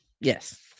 Yes